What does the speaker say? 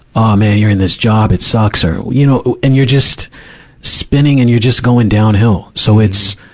ah man. you're in this job. it sucks. or, you know, and you're just spinning and you're just going downhill. so it's,